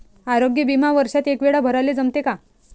आरोग्य बिमा वर्षात एकवेळा भराले जमते का?